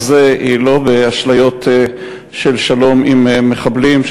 זה היא לא באשליות של שלום עם מחבלים,